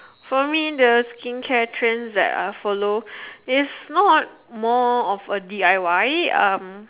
for me the skincare trends that I follow is not more of a D_I_Y um